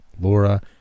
Laura